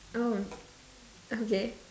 oh okay